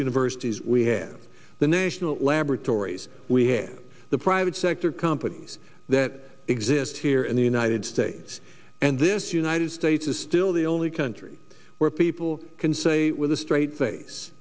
universities we have the national laboratories we have the private sector companies that exist here in the united states and this united states is still the only country where people can say with a straight face